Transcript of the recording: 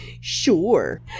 Sure